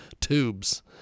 tubes